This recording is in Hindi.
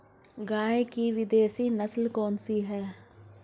गाय की विदेशी नस्ल कौन सी है?